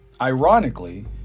ironically